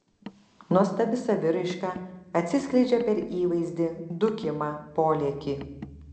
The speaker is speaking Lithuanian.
nuostabi saviraiška atsiskleidžia per įvaizdį dūkimą polėkį